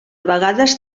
vegades